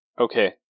Okay